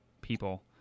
people